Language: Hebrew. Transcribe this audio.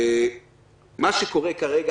מה שקורה כרגע,